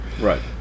Right